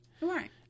Right